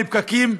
אם אין פקקים,